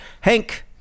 Hank